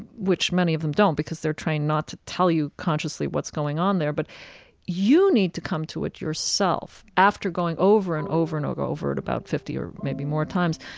which many of them don't because they're trained not to tell you consciously what's going on there, but you need to come to it yourself after going over and over and over it about fifty or maybe more times,